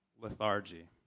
lethargy